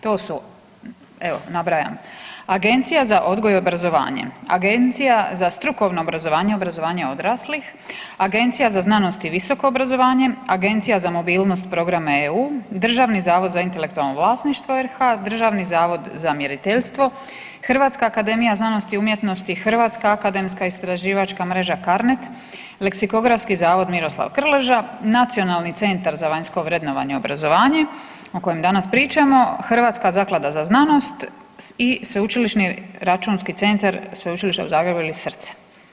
To su, evo, nabrajam, Agencija za odgoj i obrazovanje, Agencija za strukovno obrazovanje i obrazovanje odraslih, Agencija za znanost i visoko obrazovanje, Agencija za mobilnost programa EU, Državni zavod za intelektualno vlasništvo RH, Državni zavod za mjeriteljstvo, Hrvatska akademija znanosti i umjetnosti, Hrvatska akademska istraživačka mreža-CARNET, Leksikografski zavod Miroslav Krleža, Nacionalni centar za vanjsko vrednovanje i obrazovanje, o kojem danas pričamo; Hrvatska zaklada za znanost i Sveučilišni računski centar Sveučilišta u Zagrebu ili Srce.